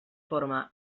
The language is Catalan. forma